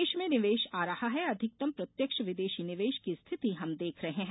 देश में निवेश आ रहा है अधिकतम प्रत्यक्ष विदेशी निवेश की स्थिति हम देख रहे हैं